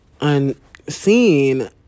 unseen